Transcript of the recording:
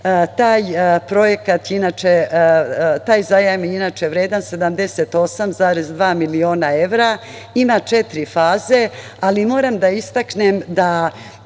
Taj zajam je vredan 78,2 miliona evra. Ima četiri faze. Moram da istaknem da